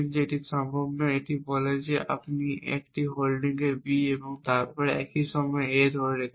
এটি সম্ভব নয় এটি বলে যে আপনি একটি হোল্ডিং B এবং আপনি একই সময়ে A ধরে রেখেছেন